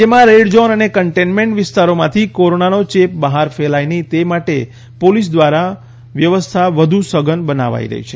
રાજ્યમાં રેડઝીન અને કન્ટેઇનમેન્ટ વિસ્તારોમાંથી કોરીનાનો ચેપ બહાર ફેલાય નફીં તે માટે પોલીસ દ્વારા વ્યવસ્થા વધુ સઘન બનાવાઈ રહી છે